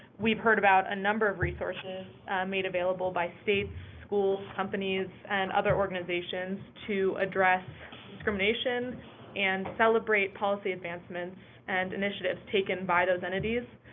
we've heard about a number of resources made available by states, school, companies and other organizations to address discrimination and celebrate policy advancements, and initiatives taken by those entities.